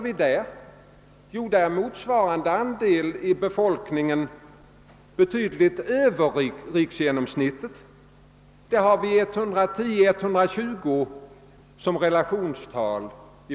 — ligger motsvarande andel däremot betydligt över riksgenomsnittet; där har vi 110—120 som relationstal.